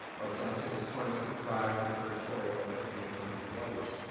or dante's cornice of pride in purgatorio, and i could name hundreds of others.